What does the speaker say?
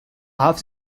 half